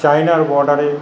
চায়নার বর্ডারে